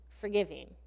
forgiving